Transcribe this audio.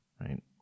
right